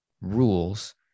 rules